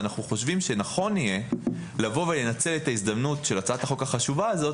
ואנחנו חושבים שנכון יהיה לנצל את ההזדמנות של הצעת החוק החשובה הזאת,